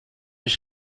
ich